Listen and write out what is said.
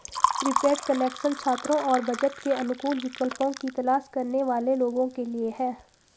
prepaid connection छात्रों और budget के अनुकूल विकल्पों की तलाश करने वाले लोगों के लिए है